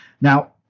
now